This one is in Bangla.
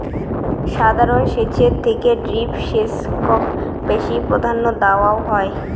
সাধারণ সেচের থেকে ড্রিপ সেচক বেশি প্রাধান্য দেওয়াং হই